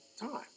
time